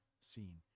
scene